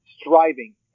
striving